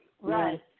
Right